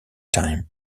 time